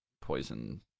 poison